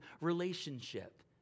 relationship